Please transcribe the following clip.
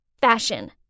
fashion